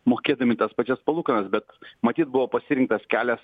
mokėdami tas pačias palūkanas bet matyt buvo pasirinktas kelias